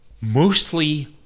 Mostly